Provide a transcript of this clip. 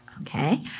Okay